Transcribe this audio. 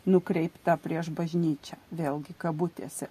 nukreiptą prieš bažnyčią vėlgi kabutėse